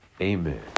Amen